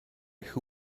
who